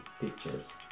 pictures